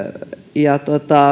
ja